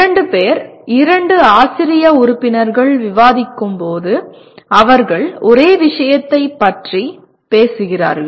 இரண்டு பேர் இரண்டு ஆசிரிய உறுப்பினர்கள் விவாதிக்கும்போது அவர்கள் ஒரே விஷயத்தைப் பற்றி பேசுகிறார்கள்